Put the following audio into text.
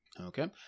Okay